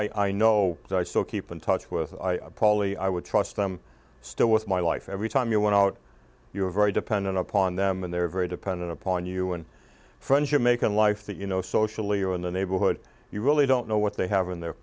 people i know i still keep in touch with pauley i would trust them still with my life every time you went out you're very dependent upon them and they're very dependent upon you and friends you make in life that you know socially or in the neighborhood you really don't know what they have in their